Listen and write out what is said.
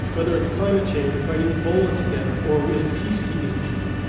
whether it's climate change or fighting ebola together or in peace-keeping missions.